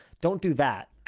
don't do that